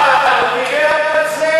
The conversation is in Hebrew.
הוא דיבר על זה.